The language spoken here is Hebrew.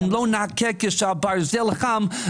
אם לא נכה כשהברזל חם,